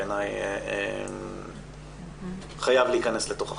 בעיניי הוא חייב להיכנס לתוך החקיקה.